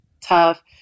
tough